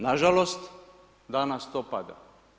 Nažalost, danas to pada.